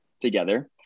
together